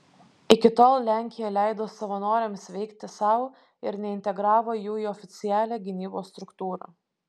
iki tol lenkija leido savanoriams veikti sau ir neintegravo jų į oficialią gynybos struktūrą